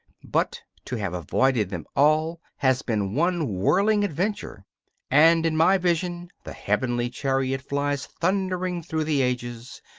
but to have avoided them all has been one whirling adventure and in my vision the heavenly chariot flies thundering through the ages,